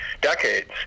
decades